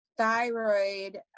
thyroid